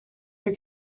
your